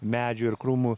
medžių ir krūmų